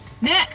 Nick